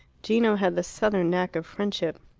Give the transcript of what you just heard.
gino had the southern knack of friendship.